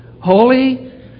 Holy